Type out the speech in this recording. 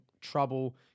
trouble